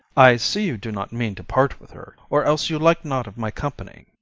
i see you do not mean to part with her or else you like not of my company.